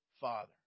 Father